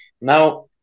Now